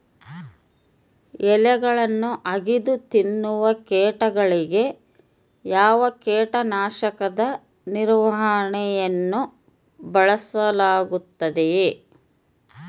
ಎಲೆಗಳನ್ನು ಅಗಿದು ತಿನ್ನುವ ಕೇಟಗಳಿಗೆ ಯಾವ ಕೇಟನಾಶಕದ ನಿರ್ವಹಣೆಯನ್ನು ಬಳಸಲಾಗುತ್ತದೆ?